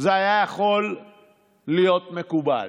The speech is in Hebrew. היה יכול להיות מקובל.